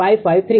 017° છે